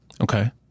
Okay